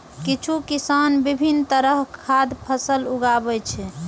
किछु किसान विभिन्न तरहक खाद्य फसल उगाबै छै